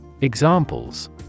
Examples